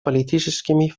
политическими